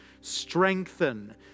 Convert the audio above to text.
Strengthen